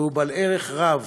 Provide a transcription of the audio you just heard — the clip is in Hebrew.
והוא בעל ערך רב